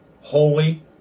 holy